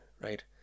right